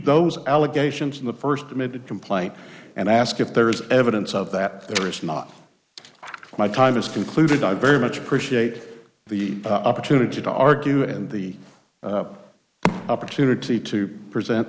those allegations in the first committed complaint and ask if there is evidence of that there is not my time is concluded i very much appreciate the opportunity to argue in the opportunity to present